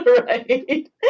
right